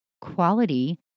Quality